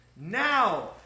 Now